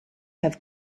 have